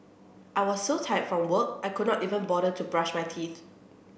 I was so tired from work I could not even bother to brush my teeth